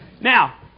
Now